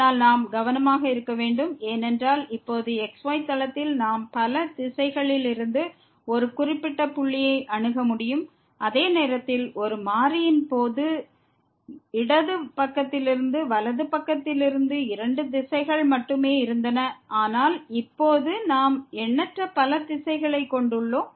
ஆனால் நாம் கவனமாக இருக்க வேண்டும் ஏனென்றால் இப்போது xy தளத்தில் நாம் பல திசைகளில் இருந்து ஒரு குறிப்பிட்ட புள்ளியை அணுக முடியும் அதே நேரத்தில் ஒரு மாறியின் போது இடது பக்கத்திலிருந்து வலது பக்கத்திலிருந்து இரண்டு திசைகள் மட்டுமே இருந்தன ஆனால் இப்போது நாம் எண்ணற்ற பல திசைகளைக் கொண்டுள்ளோம்